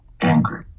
angry